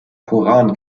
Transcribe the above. koran